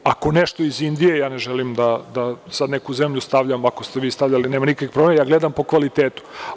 Ako je nešto iz Indije, ja ne želim da sada neku zemlju stavljam, ako ste vi stavljali, nema nikakvih problema, ja gledam po kvalitetu.